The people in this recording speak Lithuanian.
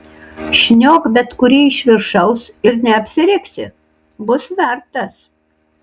šniok bet kurį iš viršaus ir neapsiriksi bus vertas